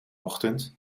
ochtend